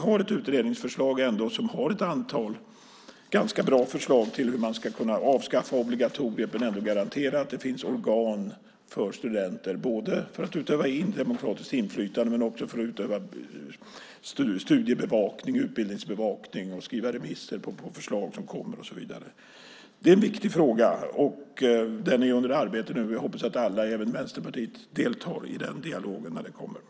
Vi har en utredning som trots allt har kommit med ett antal ganska bra förslag till hur man ska kunna avskaffa obligatoriet och ändå garantera att det finns organ för studenter att kunna utöva demokratiskt inflytande, studie och utbildningsbevakning, skriva remisser på de förslag som kommer och så vidare. Det är en viktig fråga. Den är under arbete, och jag hoppas att alla, även Vänsterpartiet, deltar i dialogen när den kommer upp.